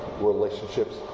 Relationships